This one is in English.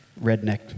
redneck